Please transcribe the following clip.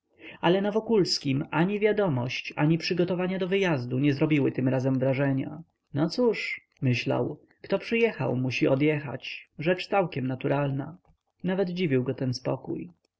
ale na wokulskim ani wiadomość ani przygotowania do wyjazdu nie zrobiły tym razem wrażenia no cóż myślał kto przyjechał musi odjechać rzecz całkiem naturalna nawet dziwił go ten spokój